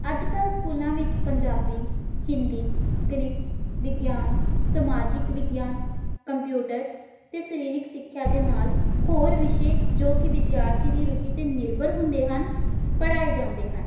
ਅੱਜ ਕੱਲ੍ਹ ਸਕੂਲਾਂ ਵਿੱਚ ਪੰਜਾਬੀ ਹਿੰਦੀ ਗਣਿਤ ਵਿਗਿਆਨ ਸਮਾਜਿਕ ਵਿਗਿਆਨ ਕੰਪਿਊਟਰ ਅਤੇ ਸਰੀਰਕ ਸਿੱਖਿਆ ਦੇ ਨਾਲ ਹੋਰ ਵਿਸ਼ੇ ਜੋ ਕਿ ਵਿਦਿਆਰਥੀ ਦੀ ਰੁਚੀ 'ਤੇ ਨਿਰਭਰ ਹੁੰਦੇ ਹਨ ਪੜ੍ਹਾਏ ਜਾਂਦੇ ਹਨ